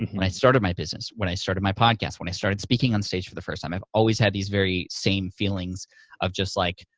when i started my business, when i started my podcast, when i started speaking onstage for the first time. i've always had these very same feelings of just, like,